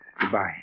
Goodbye